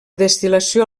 destil·lació